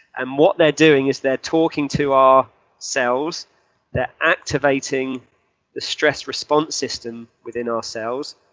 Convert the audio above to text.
and what they're doing, is they're talking to our cells they're activating the stress response system within our cells,